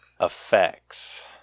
effects